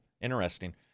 interesting